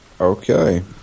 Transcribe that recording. Okay